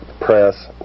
press